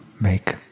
make